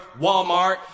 walmart